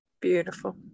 Beautiful